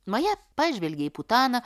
maja pažvelgė į putaną